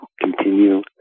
continue